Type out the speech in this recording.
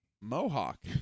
Mohawk